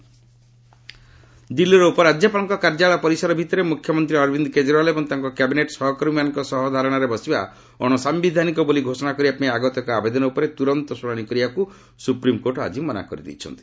SC Kejriwal ଦିଲ୍ଲୀର ଉପରାଜ୍ୟପାଳଙ୍କ କାର୍ଯ୍ୟାଳୟ ପରିସର ଭିତରେ ମୁଖ୍ୟମନ୍ତ୍ରୀ ଅରବିନ୍ଦ କେଜରିୱାଲ୍ ଏବଂ ତାଙ୍କ କ୍ୟାବିନେଟ୍ ସହକର୍ମୀମାନଙ୍କ ସହ ଧାରଣାରେ ବସିବା ଅଣସାୟିଧାନିକ ବୋଲି ଘୋଷଣା କରିବାପାଇଁ ଆଗତ ଏକ ଆବେଦନ ଉପରେ ତୁରନ୍ତ ଶୁଣାଣି କରିବାକୁ ସୁପ୍ରିମ୍କୋର୍ଟ ଆଜି ମନା କରିଦେଇଛନ୍ତି